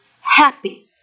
happy